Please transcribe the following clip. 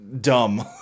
dumb